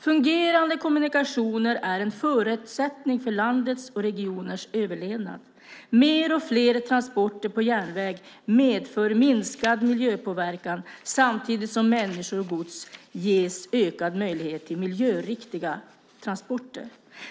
Fungerande kommunikationer är en förutsättning för landets och regioners överlevnad. Mer och fler transporter på järnväg medför minskad miljöpåverkan samtidigt som människor och gods ges ökad möjlighet till miljöriktiga transporter.